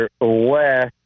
West